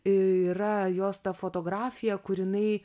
yra jos ta fotografija kur jinai